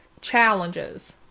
challenges